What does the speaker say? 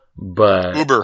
Uber